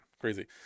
crazy